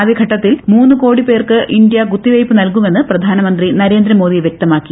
ആദ്യ ഘട്ടത്തിൽ മുണ്ണ് കോടി പേർക്ക് ഇന്ത്യ കുത്തിവയ്പ്പ് നൽകുമെന്ന് പ്രധാനമന്ത്യി ന്ദേന്ദ്രമോദി വൃക്തമാക്കി